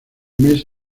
mes